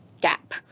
gap